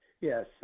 Yes